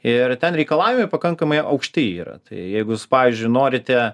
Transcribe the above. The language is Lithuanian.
ir ten reikalavimai pakankamai aukšti yra tai jeigu jūs pavyzdžiui norite